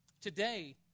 Today